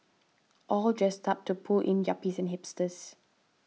all dressed up to pull in yuppies and hipsters